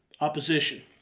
opposition